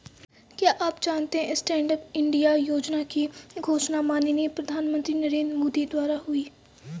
क्या आप जानते है स्टैंडअप इंडिया योजना की घोषणा माननीय प्रधानमंत्री नरेंद्र मोदी द्वारा हुई?